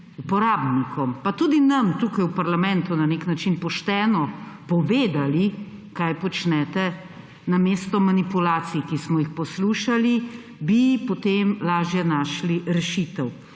uporabnikom, pa tudi nam tukaj v parlamentu na nek način pošteno povedali, kaj počnete, namesto manipulacij, ki smo jih poslušali, bi potem lažje našli rešitev.